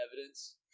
evidence